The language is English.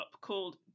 called